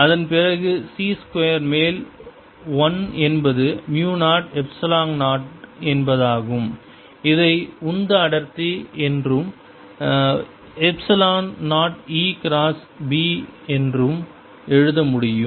அதன் பிறகு c square மேல் 1 என்பது மியூ 0 எப்ஸிலான் 0 என்பதாகும் இதை உந்த அடர்த்தி என்றும் எப்ஸிலான் 0 E கிராஸ் B என்றும் எழுத முடியும்